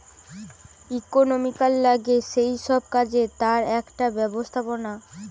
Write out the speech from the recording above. economics লাগে যেই সব কাজে তার একটা ব্যবস্থাপনা